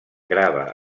grava